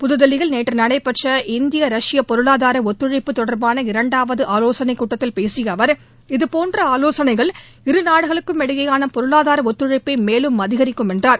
புதுதில்லியில் நேற்று நடைபெற்ற இந்திய ரஷ்ய பொருளாதார ஒத்துழைப்பு தொடர்பாள இரண்டாவது ஆலோசனைக் கூட்டத்தில் பேசிய அவர் இதுபோன்ற ஆலோசனைகள் இருநாடுகளுக்கும் இடையேயான பொருளாதார ஒத்துழைப்பை மேலும் அதிகரிக்கும் என்றார்